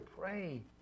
pray